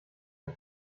ein